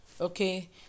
okay